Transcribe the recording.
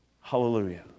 Hallelujah